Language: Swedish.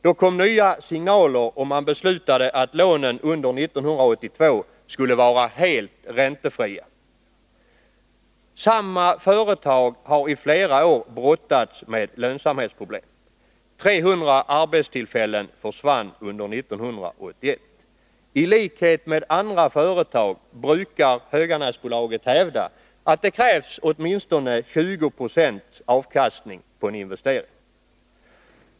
Då kom nya signaler, och man beslutade att lånen under 1982 skulle vara helt räntefria. Samma företag har i flera år brottats med lönsamhetsproblem. 300 arbetstillfällen försvann under 1981. I likhet med andra företag brukar Höganäsbolaget hävda att det krävs åtminstone 20 26 avkastning på en investering.